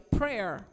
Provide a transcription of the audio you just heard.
prayer